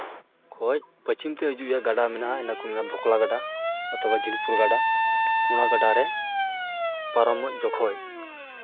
ᱠᱷᱚᱡᱽ ᱯᱟᱪᱷᱤᱢ ᱛᱮ ᱦᱤᱡᱩᱜ ᱦᱩᱭᱩᱜᱼᱟ ᱜᱟᱰᱟ ᱢᱮᱱᱟᱜᱼᱟ ᱤᱱᱟᱹᱠᱚ ᱢᱮᱱᱟ ᱵᱷᱚᱠᱲᱟ ᱜᱟᱰᱟ ᱟᱛᱷᱚᱵᱟ ᱡᱷᱤᱞᱯᱩᱨ ᱜᱟᱰᱟ ᱚᱱᱟ ᱜᱟᱰᱟ ᱨᱮ ᱯᱟᱨᱚᱢᱚᱜ ᱡᱚᱠᱷᱚᱡ